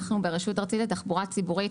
אנחנו ברשות הארצית לתחבורה ציבורית